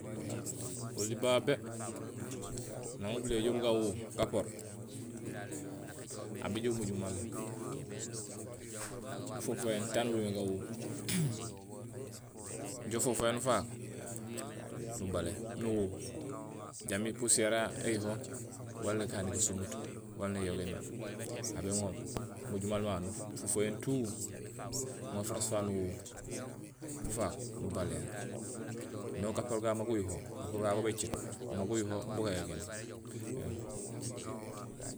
Oli babé naŋ ubilé éjoow bu gawu gapoor, aw béjoow umojuul maal nufofohéén taan uñúmé gawu. Ufofohéén ufaak nubalé, nuwu, jambi pusihéér yayu éyuho wala nékani gasomut, wala néyogéni. Babé moom aw bémojul maal mamu nufofohéén tuu nuŋaar furaas fafu nuwu ufaak nubalé no gapoor gagu maa guyuho, go bécéét, maa guyuho bu gayogéni éém.